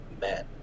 men